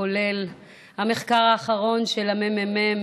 כולל המחקר האחרון של הממ"מ,